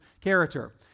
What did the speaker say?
character